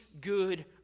good